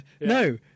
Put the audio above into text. No